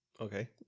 Okay